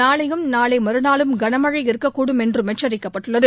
நாளையும் நாளை மறுநாளும் கனமழை இருக்கக்கூடும் என்றும் எச்சரிக்கப்பட்டுள்ளது